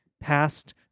past